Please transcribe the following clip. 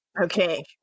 Okay